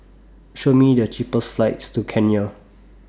Show Me The cheapest flights to Kenya